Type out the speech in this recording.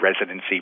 residency